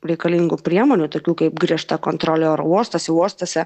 reikalingų priemonių tokių kaip griežta kontrolė oro uostuose uostuose